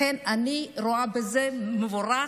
לכן, אני רואה בזה דבר מבורך,